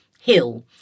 Hill